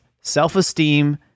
self-esteem